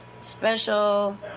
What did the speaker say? special